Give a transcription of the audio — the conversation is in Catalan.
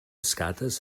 escates